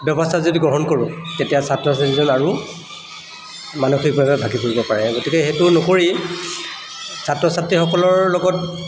ব্যৱস্থা যদি গ্ৰহণ কৰোঁ তেতিয়া ছাত্ৰ আৰু মানসিকভাৱে ভাগি পৰিব পাৰে গতিকে সেইটো নকৰি ছাত্ৰ ছাত্ৰীসকলৰ লগত